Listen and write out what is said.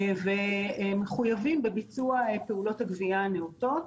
ומחויבים בביצוע פעולות הגבייה הנאותות.